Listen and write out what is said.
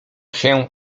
się